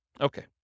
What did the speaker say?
Okay